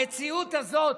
המציאות הזאת,